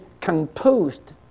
composed